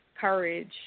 courage